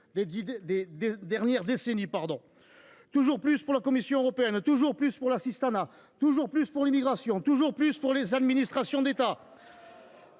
des dernières décennies : toujours plus pour la Commission européenne, toujours plus pour l’assistanat, toujours plus pour l’immigration, toujours plus pour les administrations d’État…